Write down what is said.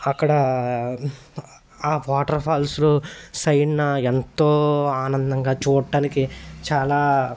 అక్కడ ఆ water falls సైడున ఎంతో ఆనందంగా చూడటానికి చాలా